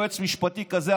שיש לה יועץ משפטי כזה,